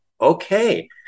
okay